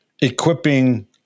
equipping